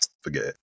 Forget